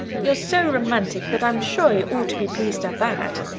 you're so romantic that i'm sure you ought to be pleased at that.